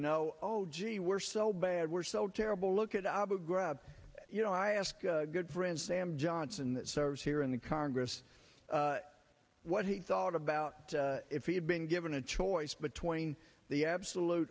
know oh gee we're so bad we're so terrible look at abu grab you know i asked good friend sam johnson that service here in the congress what he thought about if he had been given a choice between the absolute